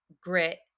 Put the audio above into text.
grit